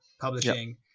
publishing